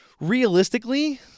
Realistically